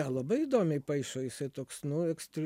labai įdomiai paišo jisai toks nu ekstre